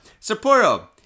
Sapporo